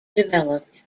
developed